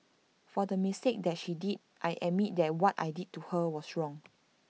for the mistake that she did I admit that what I did to her was wrong